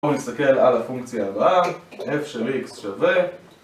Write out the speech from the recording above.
בואו נסתכל על הפונקציה הבאה, f של x שווה